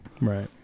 Right